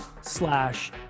slash